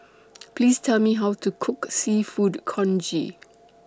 Please Tell Me How to Cook Seafood Congee